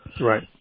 Right